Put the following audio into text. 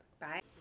Bye